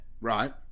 Right